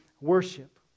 worship